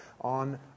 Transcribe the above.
on